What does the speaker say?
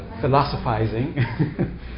philosophizing